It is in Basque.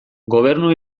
gobernu